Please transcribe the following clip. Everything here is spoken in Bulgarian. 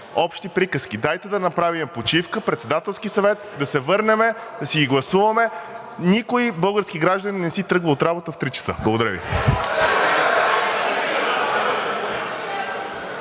общи приказки. Дайте да направим почивка, Председателски съвет, да се върнем, да си ги гласуваме. Никой български гражданин не си тръгва от работа в три часа. Благодаря Ви.